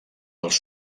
els